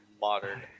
Modern